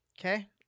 Okay